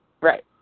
Right